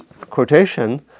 quotation